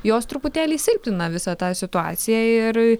jos truputėlį silpnina visą tą situaciją ir